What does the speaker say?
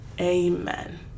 Amen